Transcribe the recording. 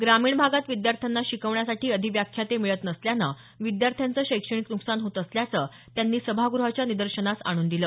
ग्रामीण भागात विद्यार्थ्यांना शिकवण्यासाठी अधिव्याख्याते मिळत नसल्यानं विद्यार्थ्यांचं शैक्षणिक नुकसान होत असल्याचं त्यांनी सभागृहाच्या निदर्शनास आणून दिल